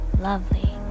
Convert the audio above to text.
lovely